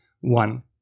one